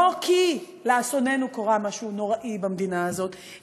לא כי לאסוננו קרה משהו נורא במדינה הזאת,